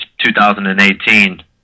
2018